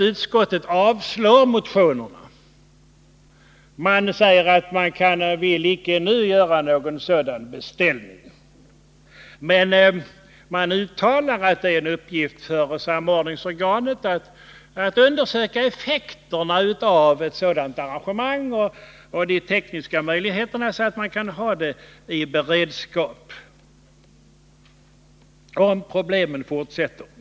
Utskottet avstyrker motionerna och säger att man inte nu vill göra någon sådan beställning. Men man uttalar att det är en uppgift för samordningsorganet att undersöka effekterna av ett sådant arrangemang och de tekniska möjligheterna, så att man kan ha detta i beredskap om problemen fortsätter.